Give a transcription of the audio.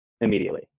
immediately